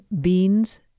beans